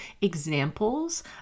examples